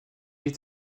est